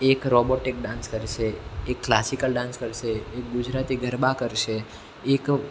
એક robotic dance કરશે એક ક્લાસિકલ ડાન્સ કરશે એક ગુજરાતી ગરબા કરશે એક